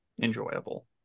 enjoyable